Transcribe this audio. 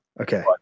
okay